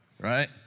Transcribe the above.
right